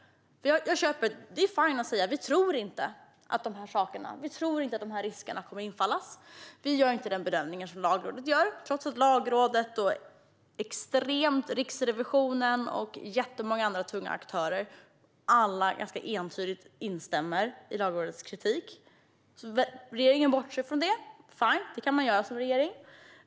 Det är fine att säga: Vi tror inte att det här kommer att inträffa. Vi gör inte samma bedömning som Lagrådet, trots att Lagrådet, Riksrevisionen och jättemånga andra tunga aktörer alla ganska entydigt instämmer i Lagrådets kritik. Regeringen bortser alltså från kritiken. Fine, det kan man göra som regering.